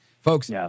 Folks